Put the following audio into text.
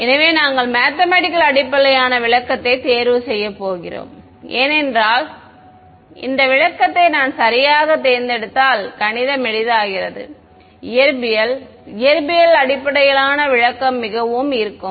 எனவே நாங்கள் மேத்தமெட்டிக்கல் அடிப்படையிலான விளக்கத்தைத் தேர்வு செய்யப் போகிறோம் ஏனென்றால் இந்த விளக்கத்தை நான் சரியாகத் தேர்ந்தெடுத்தால் கணிதம் எளிதாகிறது இயற்பியல் இயற்பியல் அடிப்படையிலான விளக்கம் மிகவும் ஈர்க்கும்